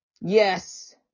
Yes